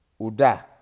uda